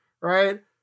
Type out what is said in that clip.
right